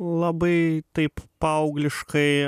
labai taip paaugliškai